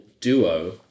duo